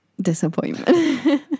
disappointment